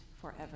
forever